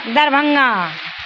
Darbhanga